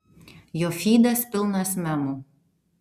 jo fydas pilnas memų